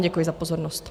Děkuji vám za pozornost.